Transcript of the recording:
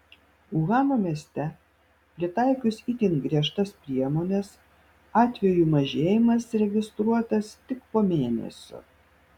uhano mieste pritaikius itin griežtas priemones atvejų mažėjimas registruotas tik po mėnesio